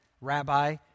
rabbi